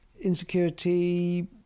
insecurity